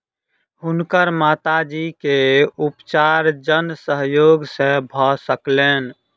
हुनकर माता जी के उपचार जन सहयोग से भ सकलैन